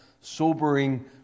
sobering